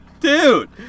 Dude